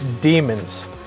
demons